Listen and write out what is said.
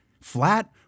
Flat